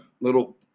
little